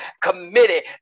committed